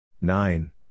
Nine